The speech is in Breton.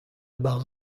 barzh